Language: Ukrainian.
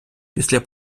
після